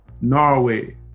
Norway